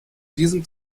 diesem